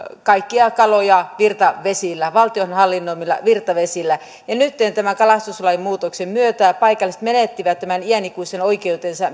kaikkia kaloja virtavesillä valtion hallinnoimilla virtavesillä ja nytten tämän kalastuslain muutoksen myötä paikalliset menettivät tämän iänikuisen oikeutensa